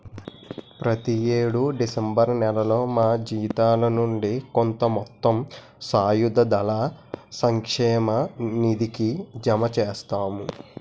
ప్రతి యేడు డిసెంబర్ నేలలో మా జీతాల నుండి కొంత మొత్తం సాయుధ దళాల సంక్షేమ నిధికి జమ చేస్తాము